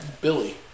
Billy